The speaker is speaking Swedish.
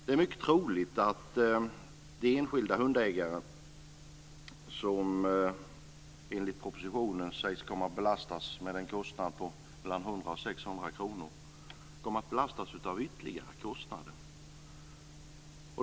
Det är mycket troligt att den enskilda hundägaren, som enligt propositionen sägs kommer att belastas med en kostnad på mellan 100 och 600 kr, kommer att belastas av ytterligare kostnader.